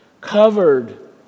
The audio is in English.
covered